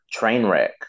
Trainwreck